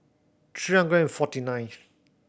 three hundred and forty nineth